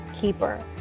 keeper